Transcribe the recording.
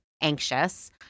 anxious